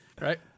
right